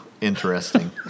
Interesting